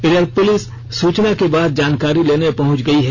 इधर पुलिस सूचना के बाद जानकारी लेने पहुंच गयी है